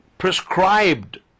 prescribed